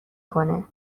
کنه